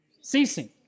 Ceasing